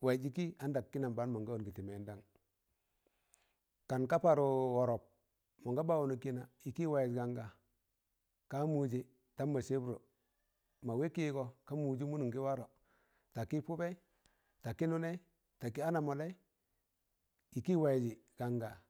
waịz ịki nda kịnam baan mọnga ọngị tị mẹndang kan ka pọrọ wọrọp, mọnga ɓa ọnụk kịna ịkị waịz ganga, ka mụjẹ ndam mọ sẹbdọ mọ wẹ kịịgọ, ka mụjẹ mọnọm gị warọ, takị pụbẹị, takị mụnai, takị ana mọleị, ịkị waịzị ganga.